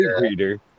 reader